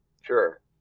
Sure